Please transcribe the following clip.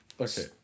Okay